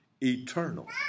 Eternal